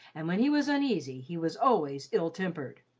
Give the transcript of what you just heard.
and when he was uneasy he was always ill-tempered.